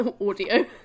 audio